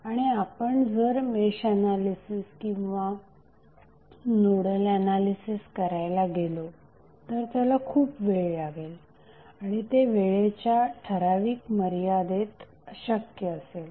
आणि आपण जर मेश एनालिसिस किंवा नोडल एनालिसिस करायला गेलो तर त्याला खूप वेळ लागेल आणि ते वेळेच्या ठराविक मर्यादेत अशक्य असेल